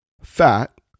fat